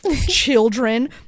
Children